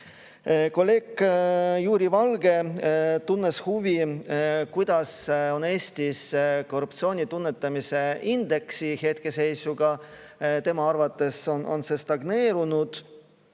Kolleeg Jaak Valge tundis huvi, milline on Eestis korruptsiooni tunnetamise indeksi hetkeseis. Tema arvates on see stagneerunud